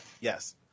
Yes